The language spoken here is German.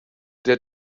der